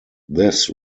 this